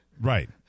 Right